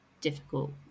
difficult